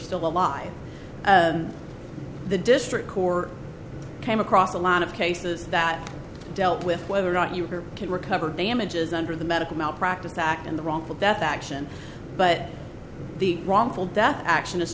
still alive the district court came across a lot of cases that dealt with whether or not you can recover damages under the medical malpractise act and the wrongful death action but the wrongful death action is